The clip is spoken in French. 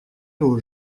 aux